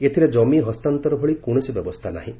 ଏଥିରେ ଜମି ହସ୍ତାନ୍ତର ଭଳି କୌଣସି ବ୍ୟବସ୍ଥା ନାହିଁ